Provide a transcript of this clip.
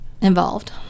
involved